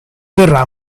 verrà